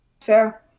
fair